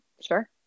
sure